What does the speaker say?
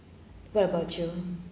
what about you